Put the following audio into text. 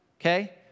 Okay